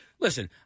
listen